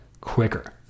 quicker